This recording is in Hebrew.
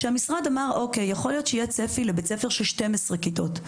המשרד אמר: יכול להיות שיהיה צפי לבית ספר של 12 כיתות,